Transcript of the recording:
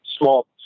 small